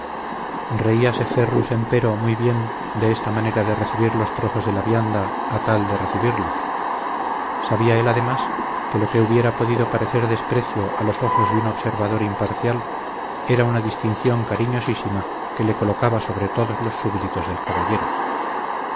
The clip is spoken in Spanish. reíase ferrus empero muy bien de esta manera de recibir los trozos de la vianda a tal de recibirlos sabía él además que lo que hubiera podido parecer desprecio a los ojos de un observador imparcial era una distinción cariñosísima que le colocaba sobre todos los súbditos del caballero